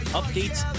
updates